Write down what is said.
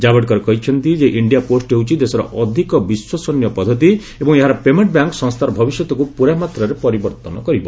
ଜାଭଡେକର କହିଛନ୍ତି ଯେ India post ହେଉଛି ଦେଶର ଅଧିକ ବିଶ୍ୱସନୀୟ ପଦ୍ଧତି ଏବଂ ଏହାର ପେମେଣ୍ଟ ବ୍ୟାଙ୍କ୍ ସଂସ୍ଥାର ଭବିଷ୍ୟତକୁ ପୂରା ମାତ୍ରାରେ ପରିବର୍ତ୍ତନ କରିବ